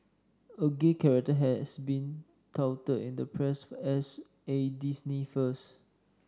a gay character has been touted in the press as a Disney first